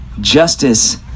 Justice